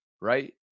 right